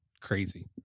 crazy